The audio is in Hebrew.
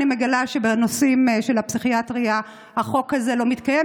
אני מגלה שבנושאים של הפסיכיאטריה החוק הזה לא מתקיים,